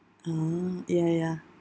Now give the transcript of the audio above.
oh ya ya